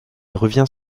revient